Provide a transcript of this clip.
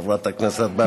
חברת הכנסת ברקו.